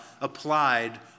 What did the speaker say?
applied